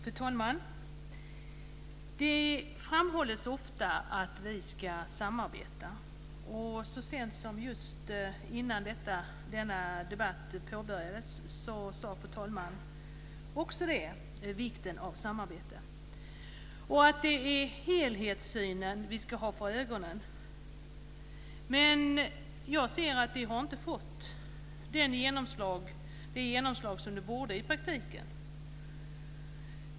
Fru talman! Det framhålls ofta att vi ska samarbeta. Så sent som precis innan denna debatt påbörjades talade talmannen också om vikten av samarbete. Det är helhetsperspektivet vi ska ha för ögonen. Men jag ser att detta inte har fått det genomslag som det borde ha fått i praktiken.